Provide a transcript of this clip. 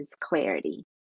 clarity